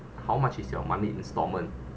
how much is your monthly installment